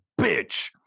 bitch